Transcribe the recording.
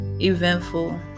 eventful